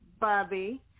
Bobby